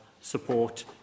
support